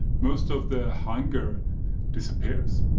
most of the hunger disappears,